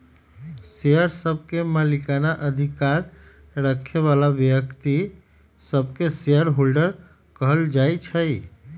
share सभके मलिकना अधिकार रखे बला व्यक्तिय सभके शेयर होल्डर कहल जाइ छइ